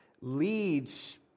leads